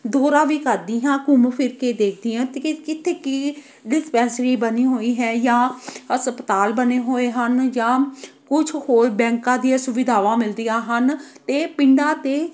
ਦੌਰਾ ਵੀ ਕਰਦੀ ਹਾਂ ਘੁੰਮ ਫਿਰ ਕੇ ਦੇਖਦੀ ਹਾਂ ਅਤੇ ਕਿੱਥੇ ਕੀ ਡਿਸਪੈਂਸਰੀ ਬਣੀ ਹੋਈ ਹੈ ਜਾਂ ਹਸਪਤਾਲ ਬਣੇ ਹੋਏ ਹਨ ਜਾਂ ਕੁਛ ਹੋਰ ਬੈਂਕਾਂ ਦੀਆਂ ਸੁਵਿਧਾਵਾਂ ਮਿਲਦੀਆਂ ਹਨ ਅਤੇ ਪਿੰਡਾਂ ਅਤੇ